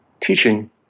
teaching